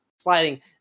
sliding